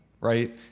right